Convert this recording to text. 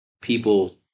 people